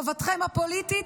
טובתכם הפוליטית,